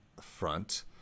front